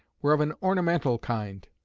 were of an ornamental kind.